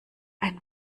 ein